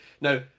Now